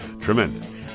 Tremendous